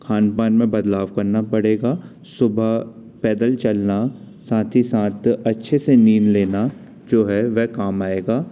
खान पान में बदलाव करना पड़ेगा सुबह पैदल चलना साथ ही साथ अच्छे से नींद लेना जो है वह काम आएगा